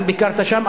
גם ביקרת שם,